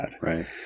Right